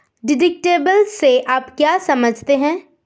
Deductible से आप क्या समझते हैं?